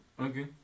Okay